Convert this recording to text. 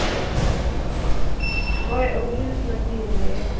ꯑꯦ ꯎꯝ ꯍꯣꯏ ꯑꯩꯈꯣꯏꯁꯨ ꯁꯦꯅꯥꯄꯇꯤ ꯂꯩꯌꯦ